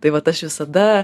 tai vat aš visada